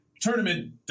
tournament